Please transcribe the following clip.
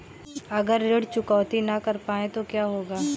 अगर ऋण चुकौती न कर पाए तो क्या होगा?